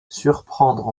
surprendre